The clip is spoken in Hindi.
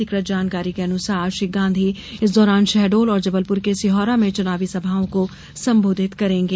अधिकृत जानकारी के अनुसार श्री गांधी इस दौरान शहडोल और जबलपुर के सिहोरा में चुनावी सभाओं को संबोधित करेंगे